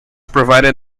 provided